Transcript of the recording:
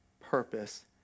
purpose